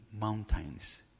mountains